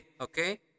okay